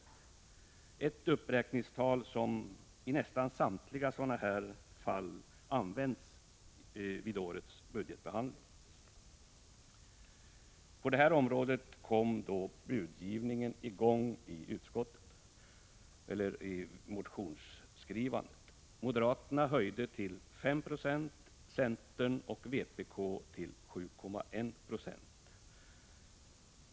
Det är ett uppräkningstal som används i nästan samtliga sådana här fall vid årets budgetbehandling. Då kom motionsskrivandet i gång i utskottet. Moderaterna ville ha anslaget höjt med 5 26, centern och vpk med 7,1 920.